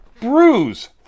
bruise